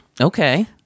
Okay